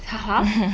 half half